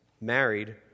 married